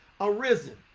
arisen